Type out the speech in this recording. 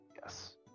Yes